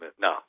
No